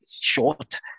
short